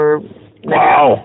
wow